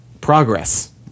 Progress